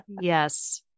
Yes